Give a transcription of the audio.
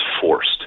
forced